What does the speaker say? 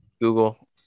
Google